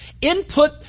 Input